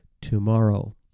tomorrow